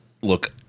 look